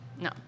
No